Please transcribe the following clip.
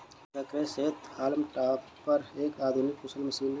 क्या कृषि हेतु हॉल्म टॉपर एक आधुनिक कुशल मशीन है?